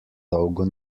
dolgo